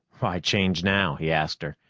why change now? he asked her.